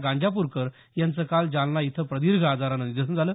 गांजापूरकर याचं काल जालना इथं प्रदीर्घ आजारानं निधन झाले